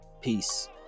peace